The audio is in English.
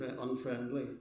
unfriendly